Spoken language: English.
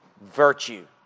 virtue